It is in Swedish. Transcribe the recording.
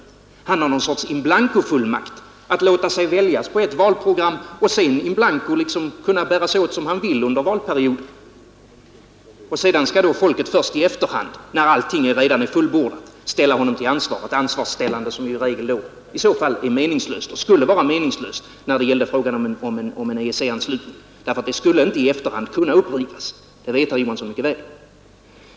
Han skulle ha någon sorts inblankofullmakt; han kan låta sig väljas på ett visst valprogram och sedan så att säga bära sig åt hur han vill under valperioden. Först i efterhand och när allting redan är fullbordat skall folket kunna ställa honom till ansvar, ett ansvarsställande som oftast är meningslöst och som skulle vara meningslöst då det gäller ett beslut om EEC-anslutning, eftersom ett sådant beslut — det vet herr Johansson mycket väl — inte i efterhand skulle kunna upprivas.